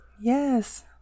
Yes